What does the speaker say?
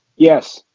yes.